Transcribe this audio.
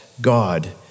God